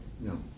No